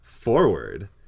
forward